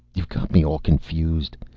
you've got me all confused.